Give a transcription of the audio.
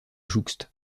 jouxte